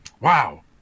wow